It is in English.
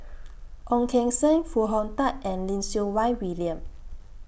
Ong Keng Sen Foo Hong Tatt and Lim Siew Wai William